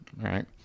Right